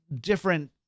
different